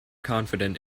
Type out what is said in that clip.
confident